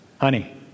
Honey